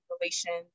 relations